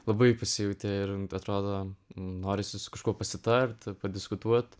labai pasijautė ir atrodo norisi su kažkuo pasitart padiskutuot